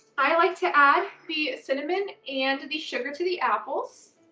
i like to add the cinnamon and the sugar to the apples.